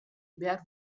behar